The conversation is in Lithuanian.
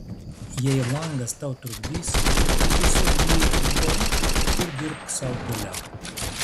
jei langas tau trukdys tu tiesiog jį uždaryk ir dirbk sau toliau